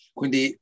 quindi